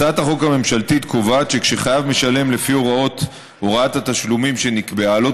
הצעת החוק הממשלתית קובעת שכשחייב משלם לפי הוראת התשלומים שנקבעה לו,